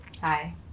Hi